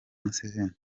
museveni